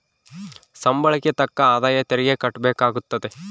ಸಂಬಳಕ್ಕೆ ತಕ್ಕ ಆದಾಯ ತೆರಿಗೆ ಕಟ್ಟಬೇಕಾಗುತ್ತದೆ